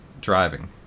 driving